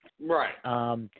Right